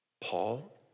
Paul